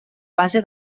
base